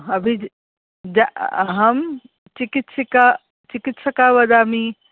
अभिज्ञा जा अहं चिकित्सिका चिकित्सिका वदामि